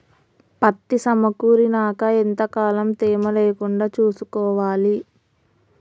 పత్తి సమకూరినాక ఎంత కాలం తేమ లేకుండా చూసుకోవాలి?